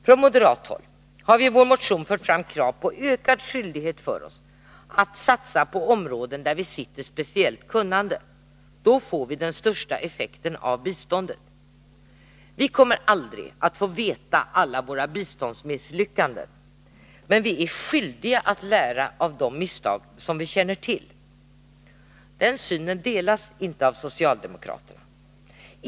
Från moderat håll har vi i vår motion fört fram krav på ökad skyldighet för oss att i högre grad satsa på områden där vi besitter speciellt kunnande. Därmed uppnås den största effekten av biståndet. Vi kommer aldrig att få reda på alla våra biståndsmisslyckanden, men vi är skyldiga att lära av de misstag som vi känner till. Denna syn delas inte av socialdemokraterna.